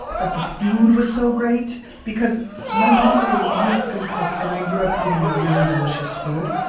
that the food was so great because my mom is a really good cook, and i grew up eating really delicious food.